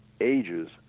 ages